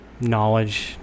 knowledge